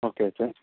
okay sir